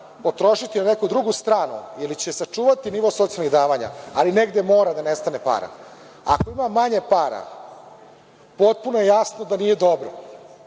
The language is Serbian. potrošiti na neku drugu stranu ili će sačuvati nivo socijalnih davanja, ali negde mora da nestane para. Ako ima manje para, potpuno je jasno da nije dobro